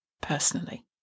personally